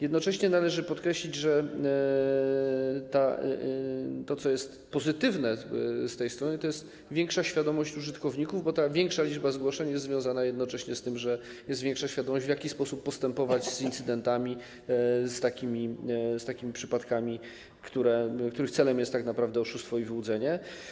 Jednocześnie należy podkreślić, że to, co jest pozytywne z tej strony, to większa świadomość użytkowników, bo ta większa liczba zgłoszeń jest związana z tym, że jest większa świadomość tego, w jaki sposób postępować z incydentami, z takimi przypadkami, których celem jest tak naprawdę oszustwo i wyłudzenie.